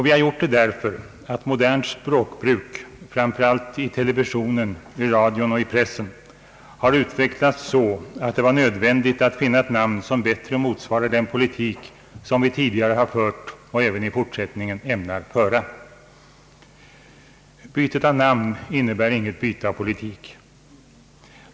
Vi har gjort det därför att modernt språkbruk — framför allt i televisionen, radio och press — har utvecklats så, att det var nödvändigt att finna ett namn som bättre motsvarar den politik vi tidigare har fört och även i fortsättningen ämnar föra. Bytet av namn innebär inget byte av politik.